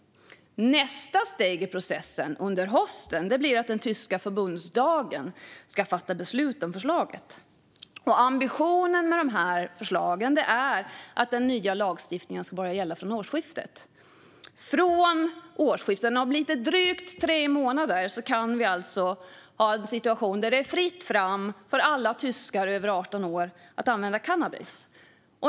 Nästa steg i processen under hösten blir att den tyska förbundsdagen ska fatta beslut om förslaget. Ambitionen med dessa förslag är att den nya lagstiftningen ska börja gälla från årsskiftet. Från årsskiftet - om lite drygt tre månader - kan vi alltså ha en situation där det är fritt fram för alla tyskar över 18 år att använda cannabis.